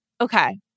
Okay